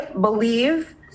believe